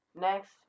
next